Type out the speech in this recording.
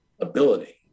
ability